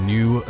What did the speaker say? New